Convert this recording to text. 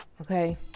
Okay